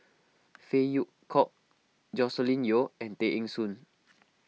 Phey Yew Kok Joscelin Yeo and Tay Eng Soon